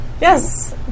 Yes